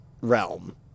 realm